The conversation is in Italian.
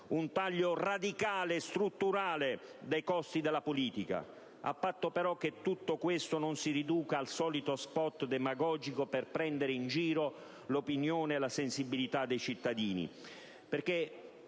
un taglio radicale e strutturale dei costi della politica, a patto però che tutto non si riduca al solito *spot* demagogico per prendere in giro l'opinione e la sensibilità dei cittadini.